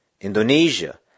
Indonesia